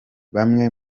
bamwe